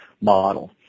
model